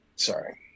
Sorry